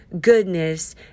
goodness